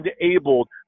enabled